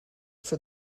for